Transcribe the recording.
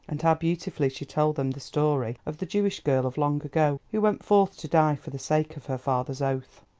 and how beautifully she told them the story of the jewish girl of long ago, who went forth to die for the sake of her father's oath.